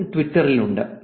ഇതും ട്വിറ്ററിലുണ്ട്